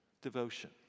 devotion